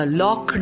lock